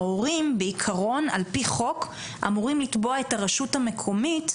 ההורים בעיקרון על פי חוק אמורים לתבוע את הרשות המקומית,